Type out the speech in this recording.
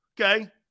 Okay